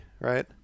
right